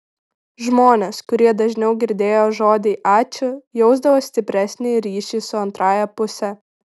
žmonės kurie dažniau girdėjo žodį ačiū jausdavo stipresnį ryšį su antrąja puse